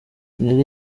nelly